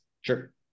Sure